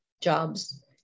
jobs